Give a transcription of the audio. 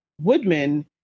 woodman